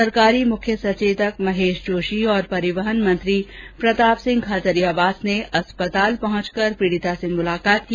सरकारी मुख्य सचेतक महेष जोषी और परिवहन मंत्री प्रताप सिंह खाचरियावास ने अस्पताल पहुंचकर पीडिता से मुलाकात की